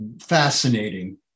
Fascinating